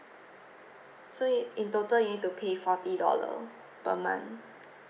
so in total you need to pay forty dollar per month